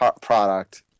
product